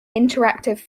interactive